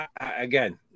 Again